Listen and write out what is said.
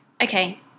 Okay